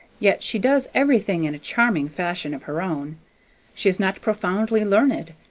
yet she does everything in a charming fashion of her own she is not profoundly learned,